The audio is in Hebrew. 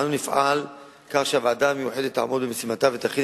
אנו נפעל לכך שהוועדה המיוחדת תעמוד במשימתה ותכין